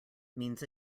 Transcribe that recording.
means